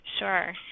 Sure